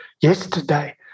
yesterday